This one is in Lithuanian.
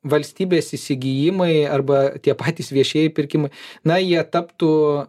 valstybės įsigijimai arba tie patys viešieji pirkimai na jie taptų